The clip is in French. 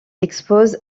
expose